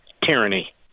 tyranny